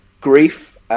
grief